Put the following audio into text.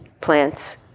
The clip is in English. plants